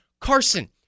Carson